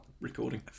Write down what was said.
recording